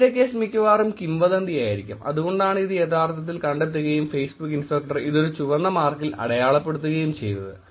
ആദ്യത്തെ കേസ് മിക്കവാറും കിംവദന്തി ആയിരിക്കാം അതുകൊണ്ടാണ് ഇത് യഥാർത്ഥത്തിൽ കണ്ടെത്തുകയും ഫേസ്ബുക് ഇൻസ്പെക്ടർ ഇതൊരു ചുവന്ന മാർക്കിൽ അടയാളപ്പെടുത്തുകയും ചെയ്തത്